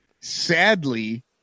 sadly